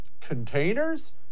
containers